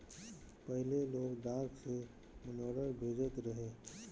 पहिले लोग डाक से मनीआर्डर भेजत रहे